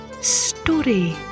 Story